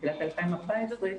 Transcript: תחילת 2014,